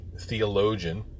theologian